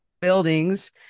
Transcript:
buildings